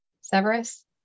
Severus